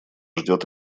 ждет